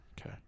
Okay